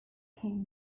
king